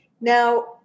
Now